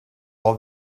all